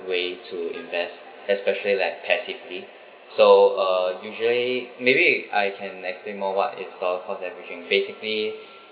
way to invest especially like passively so uh usually maybe I can estimate what is called cost averaging basically